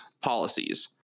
policies